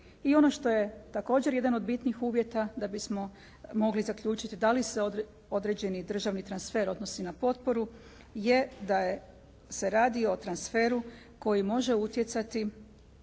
I ono što je također jedan od bitnih uvjeta da bismo mogli zaključiti da li se određeni državni transfer odnosi na potporu jer da se radi o transferu koji može utjecati